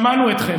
שמענו אתכם.